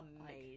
amazing